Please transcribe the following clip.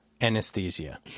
anesthesia